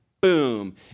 boom